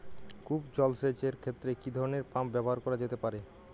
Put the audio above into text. কূপ জলসেচ এর ক্ষেত্রে কি ধরনের পাম্প ব্যবহার করা যেতে পারে?